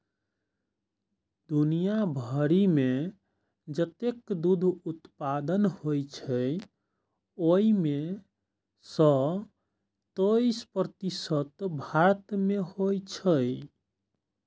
दुनिया भरि मे जतेक दुग्ध उत्पादन होइ छै, ओइ मे सं तेइस प्रतिशत भारत मे होइ छै